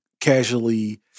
casually